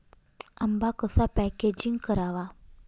आंबा कसा पॅकेजिंग करावा?